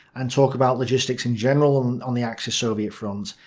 and talk about logistics in general on the axis soviet front.